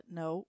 no